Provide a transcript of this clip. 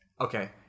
okay